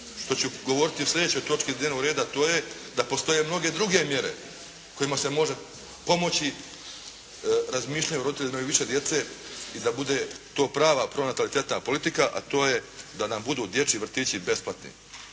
što ću govoriti u slijedećoj točki dnevnog reda to je da postoje mnoge druge mjere kojima se može pomoći razmišljanju roditeljima koji imaju više djece i da bude to prava pronatalitetna politika, a to je da nam budu dječji vrtići besplatni